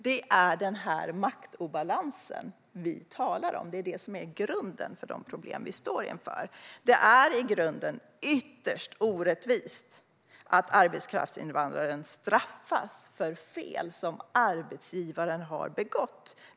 Det är den här maktobalansen vi talar om; det är den som är grunden för de problem vi står inför. Det är i grunden ytterst orättvist att arbetskraftsinvandraren straffas för fel som arbetsgivaren har begått.